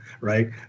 Right